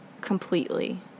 completely